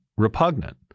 repugnant